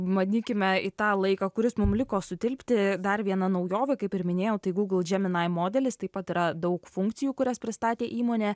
bandykime į tą laiką kuris mum liko sutilpti dar viena naujovė kaip ir minėjau tai google gemini modelis taip pat yra daug funkcijų kurias pristatė įmonė